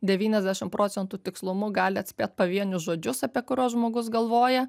devyniasdešim procentų tikslumu gali atspėt pavienius žodžius apie kuriuos žmogus galvoja